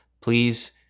Please